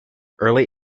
early